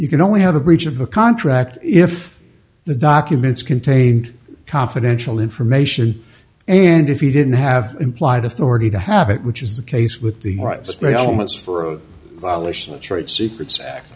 you can only have a breach of a contract if the documents contain confidential information and if you didn't have implied authority to have it which is the case with the homeless for a violation of trade secrets act